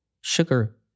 Sugar